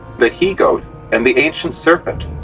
the he-goat, and the ancient serpent,